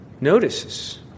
notices